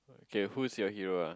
okay who is your hero ah